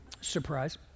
Surprise